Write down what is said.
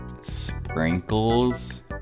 sprinkles